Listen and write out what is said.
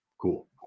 cool